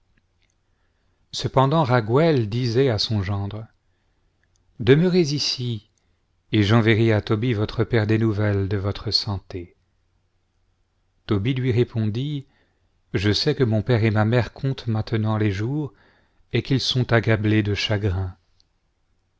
cependant kaguël disait à son gendre demeurez ici et j'enverrai à tobie votre père des nouvelles de votre santé tobie lui répondit je sais que mon père et ma mère comptent maintenant les jours et qu'ils sont accablés de chagrin